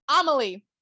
amelie